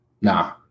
Nah